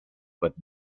but